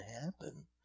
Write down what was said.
happen